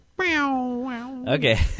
Okay